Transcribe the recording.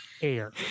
air